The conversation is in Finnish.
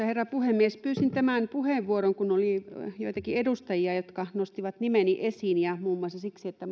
herra puhemies pyysin tämän puheenvuoron kun oli joitakin edustajia jotka nostivat nimeni esiin muun muassa siksi että